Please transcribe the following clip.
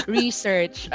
research